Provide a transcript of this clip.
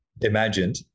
imagined